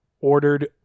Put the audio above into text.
ordered